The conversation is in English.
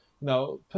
No